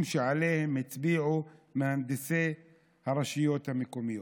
שעליהם הצביעו מהנדסי הרשויות המקומיות.